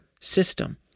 system